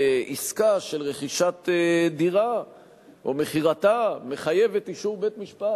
עסקה של רכישת דירה או מכירתה מחייבת אישור בית-משפט,